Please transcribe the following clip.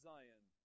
Zion